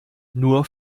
nur